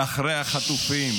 אחרי החטופים